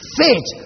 faith